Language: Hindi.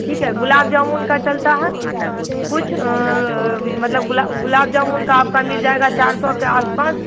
ठीक है गुलाब जामुन का चलता है कुछ आ मतलब गुलाब जामुन का आपका मिल जाएगा चार सौ के आसपास